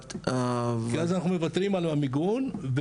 כי אז אנחנו מוותרים על המיגון.